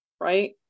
right